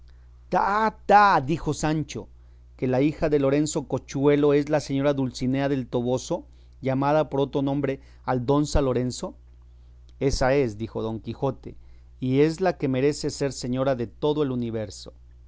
ta dijo sancho que la hija de lorenzo corchuelo es la señora dulcinea del toboso llamada por otro nombre aldonza lorenzo ésa es dijo don quijote y es la que merece ser señora de todo el universo